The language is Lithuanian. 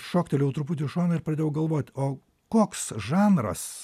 šoktelėjau truputį į šoną ir pradėjau galvot o koks žanras